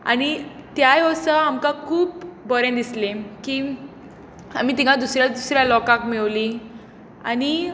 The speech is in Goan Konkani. आनी त्याय वर्सा आमकां खूब बरें दिसलें की आमी थंय दुसऱ्या दुसऱ्या लोकांक मेळ्ळी आनी